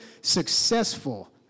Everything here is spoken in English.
successful